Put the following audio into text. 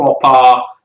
proper